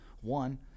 one